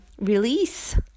release